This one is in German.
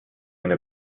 eine